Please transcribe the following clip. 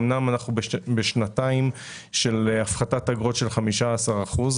אמנם אנחנו בשנתיים של הפחתת אגרות של 15 אחוזים,